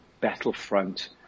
battlefront